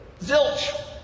Zilch